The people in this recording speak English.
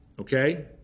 Okay